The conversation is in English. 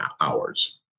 hours